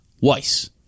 Weiss